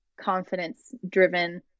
confidence-driven